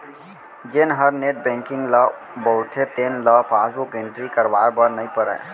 जेन हर net banking ल बउरथे तेन ल पासबुक एंटरी करवाए बर नइ परय